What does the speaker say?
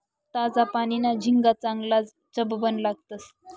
ताजा पानीना झिंगा चांगलाज चवबन लागतंस